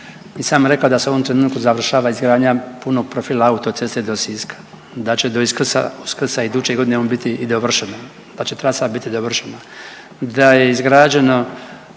Nisam rekao da se u ovom trenutku završava izgradnja punog profila autoceste do Siska, da će do Uskrsa iduće godine on biti i dovršeno, ta će trasa biti dovršena, da je izgrađeno